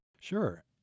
Sure